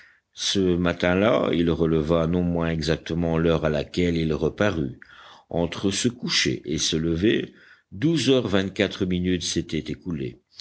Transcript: ce matin-là il releva non moins exactement l'heure à laquelle il reparut entre ce coucher et ce lever douze heures vingt-quatre minutes s'étaient écoulées